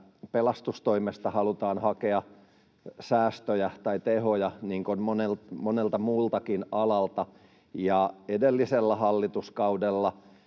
pelastustoimesta halutaan hakea säästöjä tai tehoja niin kuin monelta muultakin alalta. Ja edellisellä hallituskaudella